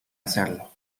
hacerlo